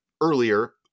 earlier